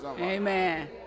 amen